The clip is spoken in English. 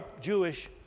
Jewish